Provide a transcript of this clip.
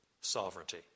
sovereignty